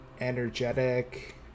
energetic